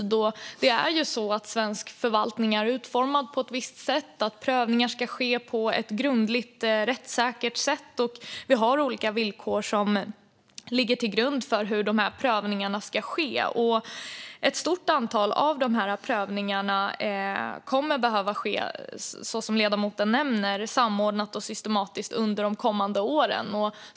Det är ju så att svensk förvaltning är utformad på ett visst sätt. Prövningar ska ske på ett grundligt och rättssäkert sätt, och vi har olika villkor som ligger till grund för hur dessa prövningar ska ske. Ett stort antal av prövningarna kommer, som ledamoten nämnde, att behöva ske samordnat och systematiskt under de kommande åren.